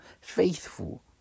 faithful